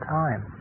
time